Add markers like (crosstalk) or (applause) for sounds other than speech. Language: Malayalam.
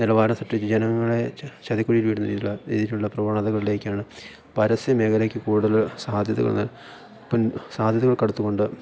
നിലവാരം സൃഷ്ടിച്ച് ജനങ്ങളെ ചതിക്കുഴിയിൽ (unintelligible) രീതിയിലുള്ള പ്രവണതകളിലേക്കാണ് പരസ്യ മേഖലയ്ക്ക് കൂടുതൽ സാധ്യതകൾ സാധ്യതകൾക്കടുത്തുകൊണ്ട്